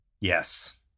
Yes